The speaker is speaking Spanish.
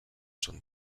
son